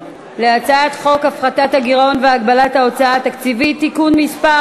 על הצעת חוק הפחתת הגירעון והגבלת ההוצאה התקציבית (תיקון מס'